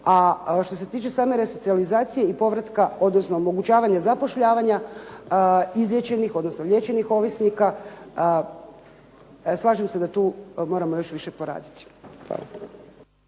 A što se tiče same resocijalizacije i povratka odnosno omogućavanja zapošljavanja izliječenih odnosno liječenih ovisnika slažem se da tu moramo još više poraditi.